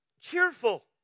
cheerful